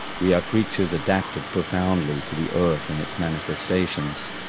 we are creatures adapted profoundly to the earth in its manifestations.